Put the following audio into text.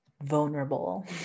vulnerable